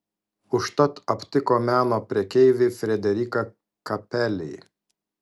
užtat aptiko meno prekeivį frederiką kapelį